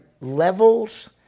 levels